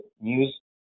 news